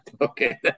okay